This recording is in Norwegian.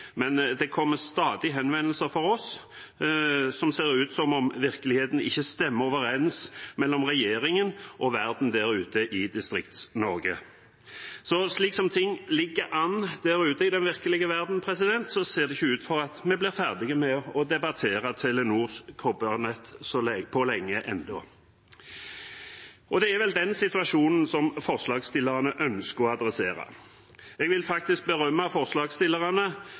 men det kommer stadig henvendelser til oss som gjør at det ser ut som om regjeringens virkelighet ikke stemmer overens med verden der ute i Distrikts-Norge. Slik som tingene ligger an der ute i den virkelige verden, ser det ikke ut til at vi blir ferdige med å debattere Telenors kobbernett på lenge enda, og det er vel den situasjonen som forslagsstillerne ønsker å adressere. Jeg vil faktisk berømme forslagsstillerne